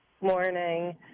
Morning